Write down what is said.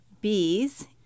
bees